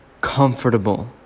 comfortable